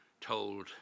told